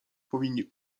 powinni